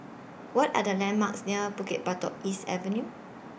What Are The landmarks near Bukit Batok East Avenue